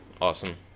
awesome